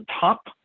top